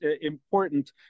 important